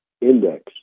index